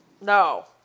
No